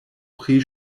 pri